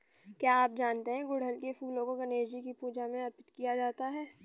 क्या आप जानते है गुड़हल के फूलों को गणेशजी की पूजा में अर्पित किया जाता है?